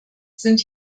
sind